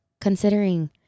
Considering